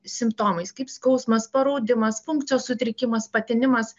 simptomais kaip skausmas paraudimas funkcijos sutrikimas patinimas